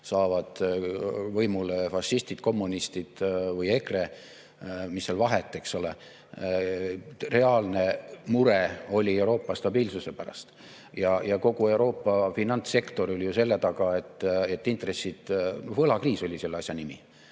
saavad võimule fašistid, kommunistid või EKRE. Mis seal vahet, eks ole. Reaalne mure oli Euroopa stabiilsuse pärast ja kogu Euroopa finantssektor oli ju selle taga, et intressid ... Võlakriis oli selle asja nimi.